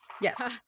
Yes